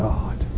God